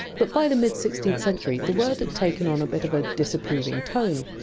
but by the mid sixteenth century the word had taken on a bit of a disapproving tone,